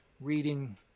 reading